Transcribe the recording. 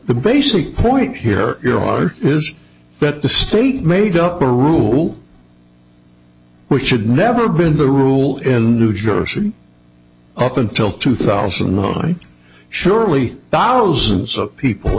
the basic point here your heart is that the state made up a rule which should never been the rule in new jersey up until two thousand on surely thousands of people